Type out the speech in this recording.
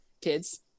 kids